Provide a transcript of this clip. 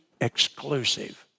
exclusive